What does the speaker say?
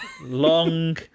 long